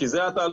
כי זה התהליך,